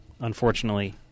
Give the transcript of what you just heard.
Unfortunately